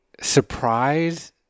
surprise